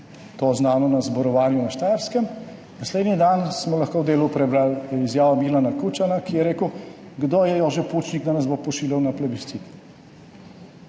to oznanil na zborovanju na Štajerskem, naslednji dan smo lahko v Delu prebrali izjavo Milana Kučana, ki je rekel, kdo je Jože Pučnik, da nas bo pošiljal na plebiscit.